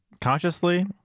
Consciously